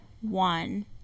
one